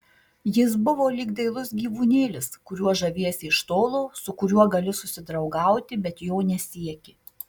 jis buvo lyg dailus gyvūnėlis kuriuo žaviesi iš tolo su kuriuo gali susidraugauti bet jo nesieki